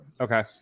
Okay